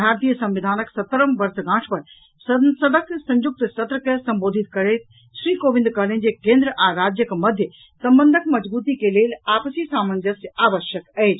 भारतीय संविधानक सत्तरम् वर्षगांठ पर संसदक संयुक्त सत्र के संबोधित करैत श्री कोविंद कहलनि जे केन्द्र आ राज्यक मध्य संबंधक मजगूती के लेल आपसी सामंजस्य आवश्यक अछि